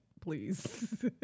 please